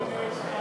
חברי חברי הכנסת,